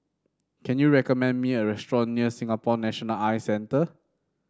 can you recommend me a restaurant near Singapore National Eye Centre